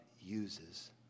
uses